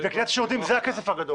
וקניית שירותים זה הכסף הגדול.